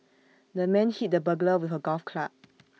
the man hit the burglar with A golf club